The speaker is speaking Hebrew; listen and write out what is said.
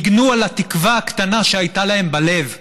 ניגנו על התקווה הקטנה שהייתה להם בלב,